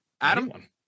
Adam